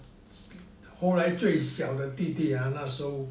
后来最小的弟弟啊那时候